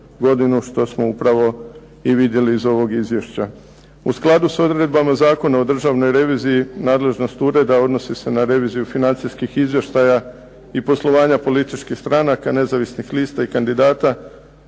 godinu što smo upravo i vidjeli iz ovog izvješća. U skladu s odredbama Zakona o državnoj reviziji nadležnost ureda odnosi se na reviziju financijskih izvještaja i poslovanja političkih stranaka, nezavisnih lista i kandidata